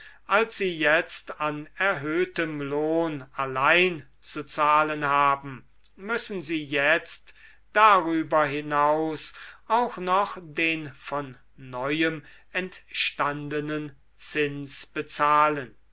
als sie jetzt an erhöhtem lohn allein zu zahlen haben müssen sie jetzt darüber hinaus auch noch den von neuem entstandenen zins bezahlen